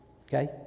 okay